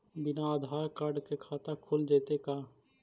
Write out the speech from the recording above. बिना आधार कार्ड के खाता खुल जइतै का?